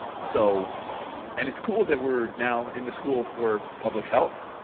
so and it's cool that we're now in the school for public health.